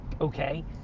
Okay